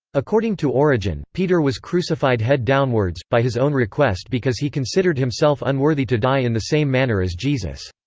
according to origen, peter was crucified head downwards, by his own request because he considered himself unworthy to die in the same manner as jesus.